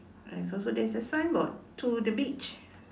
and also there is the signboard to the beach